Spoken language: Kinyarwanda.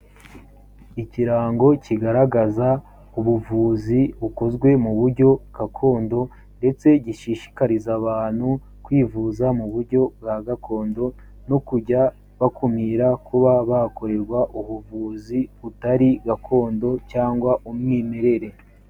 Ikirango kigaragaza ubuvuzi bukozwe mu buryo gakondo ndetse gishishikariza abantu kwivuza mu buryo bwa gakondo no kujya bakumira kuba bakorerwa ubuvuzi butari gakondo cyangwa umwimerere.